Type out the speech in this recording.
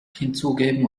hinzugeben